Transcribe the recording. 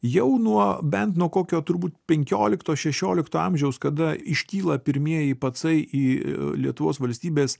jau nuo bent nuo kokio turbūt penkiolikto šešiolikto amžiaus kada iškyla pirmieji pacai į lietuvos valstybės